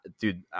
dude